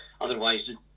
otherwise